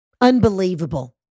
Unbelievable